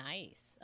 Nice